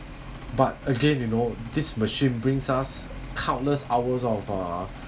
but again you know this machine brings us countless hours of uh